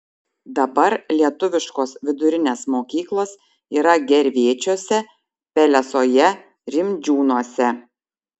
dabar lietuviškos vidurinės mokyklos yra gervėčiuose pelesoje rimdžiūnuose